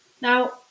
now